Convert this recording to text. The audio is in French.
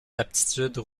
aptitudes